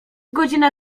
godzina